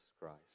Christ